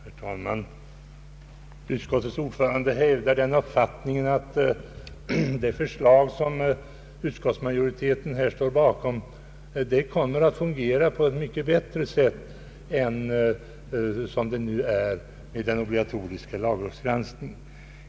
Herr talman! Utskottets ordförande hävdar den uppfattningen att det förslag som utskottsmajoriteten står bakom kommer att fungera på ett mycket bättre sätt än den nuvarande obligatoriska lagrådsgranskningen.